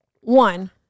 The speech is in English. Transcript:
One